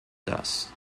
das